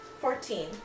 Fourteen